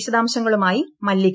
വിശദാംശങ്ങളുമായി മല്ലിക